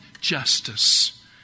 justice